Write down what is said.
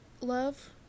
love